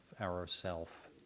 ourself